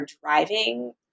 driving